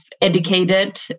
educated